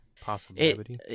Possibility